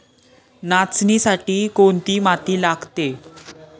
नाचणीसाठी कोणती माती लागते?